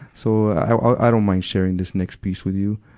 so, i don't mind sharing this next piece with you.